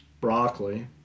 broccoli